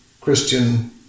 Christian